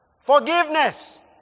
Forgiveness